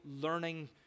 learning